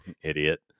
Idiot